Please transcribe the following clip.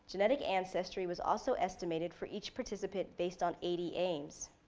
genetic ancestry was also estimated for each participant based on eighty aims.